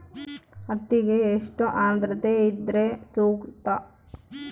ಹತ್ತಿಗೆ ಎಷ್ಟು ಆದ್ರತೆ ಇದ್ರೆ ಸೂಕ್ತ?